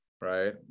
right